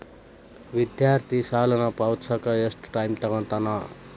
ವಿದ್ಯಾರ್ಥಿ ಸಾಲನ ಪಾವತಿಸಕ ಎಷ್ಟು ಟೈಮ್ ತೊಗೋತನ